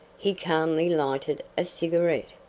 he calmly lighted a cigarette,